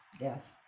Yes